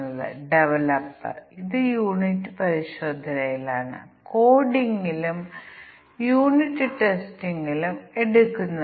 എന്നിട്ട് അത് ത്രികോണമാണോ അത് നിങ്ങൾ പ്രവേശിച്ച മൂന്ന് വശങ്ങളെ അടിസ്ഥാനമാക്കിയുള്ള ഒരു ത്രികോണമല്ല അത് ഒരു ത്രികോണമല്ല അത് ഒരു സ്കെയിൽ ആണ് അതിന്റെ ഐസോസെൽസ് സമഭുജമാണോ എന്ന് കാണിക്കുന്നു